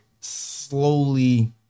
slowly